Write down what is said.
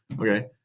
Okay